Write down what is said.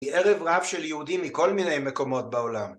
היא ערב רב של יהודים מכל מיני מקומות בעולם.